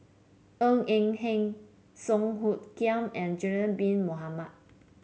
Ng Eng Hen Song Hoot Kiam and Zulkifli Bin Mohamed